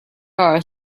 are